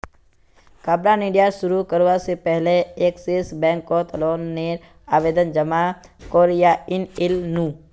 कपड़ा निर्यात शुरू करवा से पहले एक्सिस बैंक कोत लोन नेर आवेदन जमा कोरयांईल नू